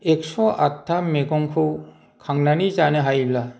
एक्स' आतथा मैगंखौ खांनानै जानो हायोब्ला